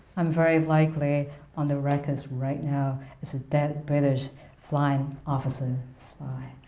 i'm very likely on the records right now as a dead british flying officer spy.